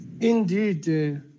indeed